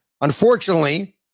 Unfortunately